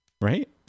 right